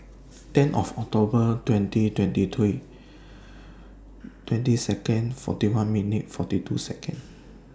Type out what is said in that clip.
ten of October twenty twenty three twenty Seconds forty one minutes forty two Seconds